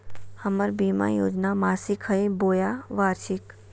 हमर बीमा योजना मासिक हई बोया वार्षिक?